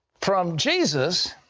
from jesus,